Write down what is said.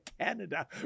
Canada